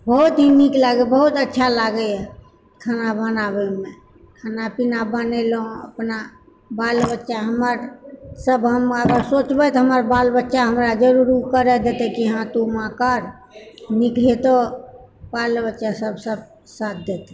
बहुत ही नीक लागैए बहुत अच्छा लागैए खाना बनाबएमे खाना पीना बनेलहुँ अपना बाल बच्चा हमर सभ हम अगर सोचबै तऽ हमर बाल बच्चा हमरा जरूर ओ करऽ देतै कि हाँ माँ तू कर नीक हेतौ बाल बच्चा सभ सभ साथ देतै